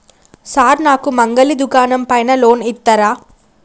Sir నాకు మంగలి దుకాణం పైన లోన్ ఇత్తరా?